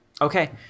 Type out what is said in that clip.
Okay